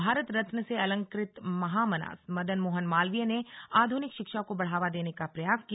भारत रत्न से अलंकृत महामना मदन मोहन मालवीय ने आधुनिक शिक्षा को बढ़ावा देने का प्रयास किया